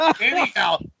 Anyhow